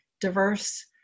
diverse